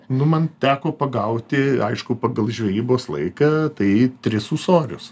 nu man teko pagauti aišku pagal žvejybos laiką tai tris ūsorius